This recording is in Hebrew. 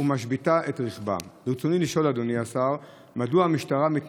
שעה 11:01 תוכן העניינים שאילתות דחופות 6